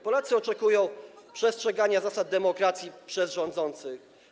Polacy oczekują przestrzegania zasad demokracji przez rządzących.